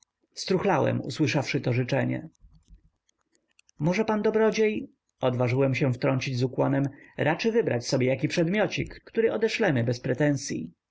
struchlałem usłyszawszy to życzenie może pan dobrodziej odważyłem się wtrącić z ukłonem raczy wybrać sobie jaki przedmiocik który odeszlemy bez pretensyi